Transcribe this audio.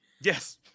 Yes